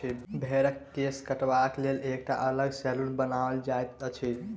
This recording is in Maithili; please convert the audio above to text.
भेंड़क केश काटबाक लेल एकटा अलग सैलून बनाओल जाइत अछि